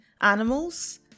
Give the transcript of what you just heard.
animals